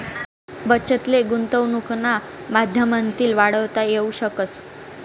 बचत ले गुंतवनुकना माध्यमतीन वाढवता येवू शकस